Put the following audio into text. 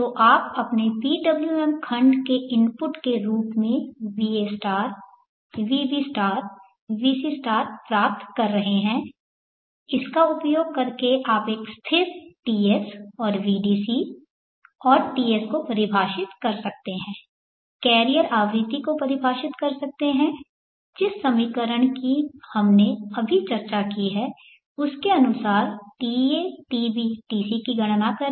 तो आप अपने PWM खंड के इनपुट के रूप में va vb vc प्राप्त कर रहे हैं इसका उपयोग करके आप एक स्थिर Ts और vdc और Ts को परिभाषित कर सकते हैं कैरियर आवृत्ति को परिभाषित कर सकते हैं जिस समीकरण की हमने अभी चर्चा की है उसके अनुसार ta tb tc की गणना करें